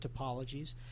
topologies